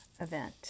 event